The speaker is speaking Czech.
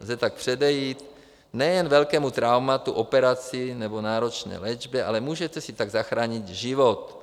Lze tak předejít nejen velkému traumatu z operace nebo náročné léčby, ale můžete si tak zachránit život.